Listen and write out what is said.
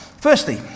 Firstly